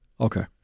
Okay